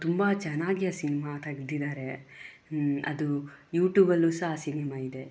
ತುಂಬ ಚೆನ್ನಾಗಿ ಆ ಸಿನಿಮಾ ತೆಗೆದಿದ್ದಾರೆ ಅದು ಯೂಟ್ಯೂಬಲ್ಲೂ ಸಹ ಆ ಸಿನಿಮಾ ಇದೆ